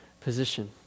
position